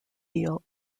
heel